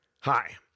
hi